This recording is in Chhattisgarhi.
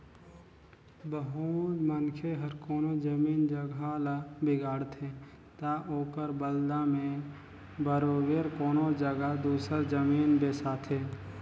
बहुत मनखे हर कोनो जमीन जगहा ल बिगाड़थे ता ओकर बलदा में बरोबेर कोनो जगहा दूसर जमीन बेसाथे